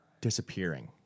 disappearing